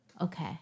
Okay